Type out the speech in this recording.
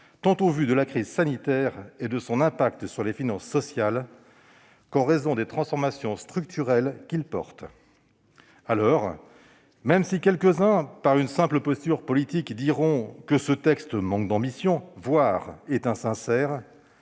tant au vu de la crise sanitaire et de son impact sur les finances sociales qu'en raison des transformations structurelles qu'il porte. Dès lors, même si quelques-uns, par simple posture politique, diront que ce texte manque d'ambition, voire est insincère,